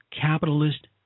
Capitalist